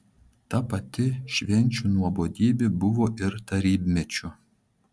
ta pati švenčių nuobodybė buvo ir tarybmečiu